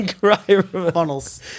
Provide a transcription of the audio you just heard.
Funnels